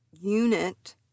unit